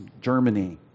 Germany